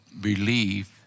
believe